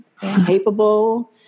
capable